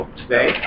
today